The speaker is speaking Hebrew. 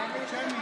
(קוראת בשמות חברי